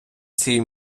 цій